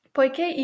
Poiché